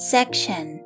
Section